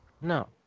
No